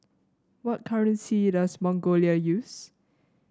what currency does Mongolia use